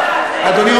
אדוני,